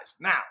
Now